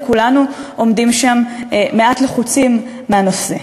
וכולנו עומדים שם מעט לחוצים מהנושא.